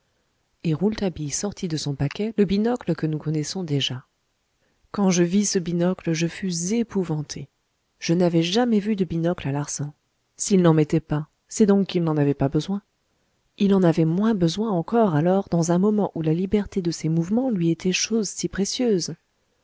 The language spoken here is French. et rouletabille sortit de son petit paquet le binocle que nous connaissons déjà quand je vis ce binocle je fus épouvanté je n'avais jamais vu de binocle à larsan s'il n'en mettait pas c'est donc qu'il n'en avait pas besoin il en avait moins besoin encore alors dans un moment où la liberté de ses mouvements lui était chose si précieuse